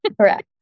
Correct